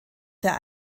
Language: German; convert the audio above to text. der